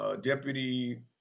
deputy